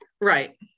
right